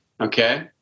okay